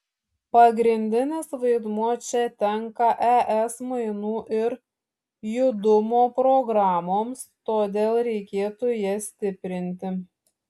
pagrindinis vaidmuo čia tenka es mainų ir judumo programoms todėl reikėtų jas stiprinti